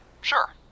Sure